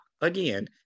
again